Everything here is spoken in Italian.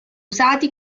usati